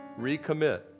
Recommit